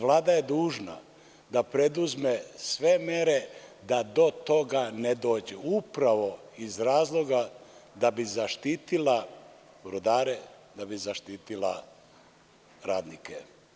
Vlada je dužna da preduzme sve mere da do toga ne dođe, upravo iz razloga da bi zaštitila rudare, da bi zaštitila radnike.